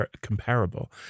comparable